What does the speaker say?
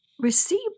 Receive